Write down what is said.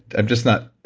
i'm just not.